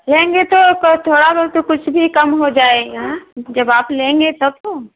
लेंगे तो थोड़ा बहुत कुछ भी कम हो जाएगा जब आप लेंगे तब तो